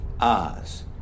Oz